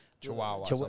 chihuahua